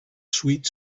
sweet